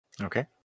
Okay